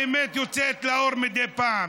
האמת יוצאת לאור מדי פעם.